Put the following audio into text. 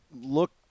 look